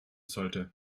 sollte